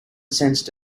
sensed